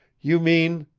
you mean